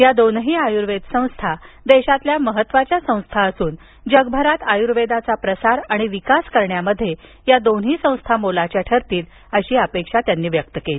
या दोनही आयुर्वेद संस्था देशातल्या महत्त्वाच्या संस्था असून जगभरात आयुर्वेदाचा प्रसार आणि विकास करण्यामध्ये या दोन्ही संस्था मोलाच्या ठरतील अशी अपेक्षा त्यांनी व्यक्त केली